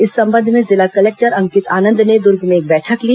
इस संबंध में जिला कलेक्टर अंकित आनंद ने दुर्ग में एक बैठक ली